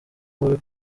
mubi